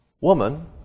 Woman